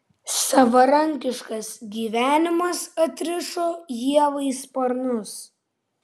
savarankiškas gyvenimas atrišo ievai sparnus